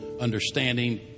understanding